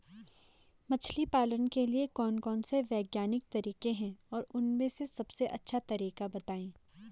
मछली पालन के लिए कौन कौन से वैज्ञानिक तरीके हैं और उन में से सबसे अच्छा तरीका बतायें?